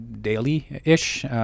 daily-ish